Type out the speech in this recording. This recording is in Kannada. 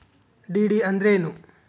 ಡಿ.ಡಿ ಅಂದ್ರೇನು?